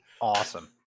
awesome